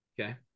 Okay